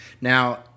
Now